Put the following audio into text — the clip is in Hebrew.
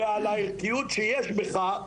ועל הערכיות שיש בך,